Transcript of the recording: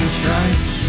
stripes